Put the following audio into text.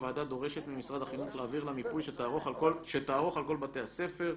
הוועדה דורשת ממשרד החינוך להעביר לה מיפוי שתערוך על כל בתי הספר,